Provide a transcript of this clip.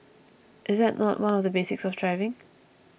is that not one of the basics of driving